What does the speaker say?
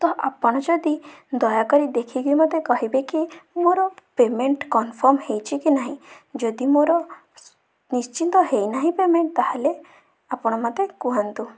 ତ ଆପଣ ଯଦି ଦୟାକରି ଦେଖିକି ମୋତେ କହିବେ କି ମୋର ପେମେଣ୍ଟ୍ କନ୍ଫର୍ମ ହେଇଛି କି ନାହିଁ ଯଦି ମୋର ନିଶ୍ଚିନ୍ତ ହେଇ ନାହିଁ ପେମେଣ୍ଟ୍ ତାହାଲେ ଆପଣ ମୋତେ କୁହନ୍ତୁ